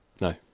no